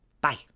Bye